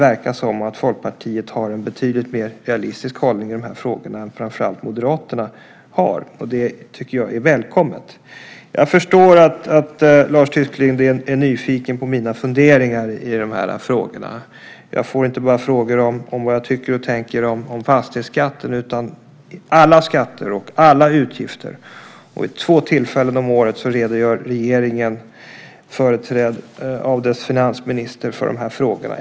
Folkpartiet verkar ha en betydligt mer realistisk hållning i de här frågorna än framför allt Moderaterna har. Det tycker jag är välkommet. Jag förstår att Lars Tysklind är nyfiken på mina funderingar i dessa frågor. Jag får frågor om vad jag tycker och tänker inte bara om fastighetsskatten utan om alla skatter och alla utgifter. Vid två tillfällen om året redogör regeringen företrädd av dess finansminister för de här frågorna.